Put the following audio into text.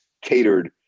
catered